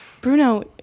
Bruno